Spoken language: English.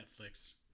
Netflix